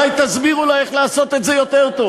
אולי תסבירו לה איך לעשות את זה יותר טוב.